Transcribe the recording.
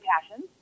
passions